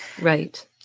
Right